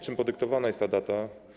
Czym podyktowana jest ta data?